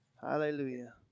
Hallelujah